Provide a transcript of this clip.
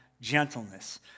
gentleness